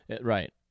Right